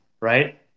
right